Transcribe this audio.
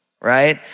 right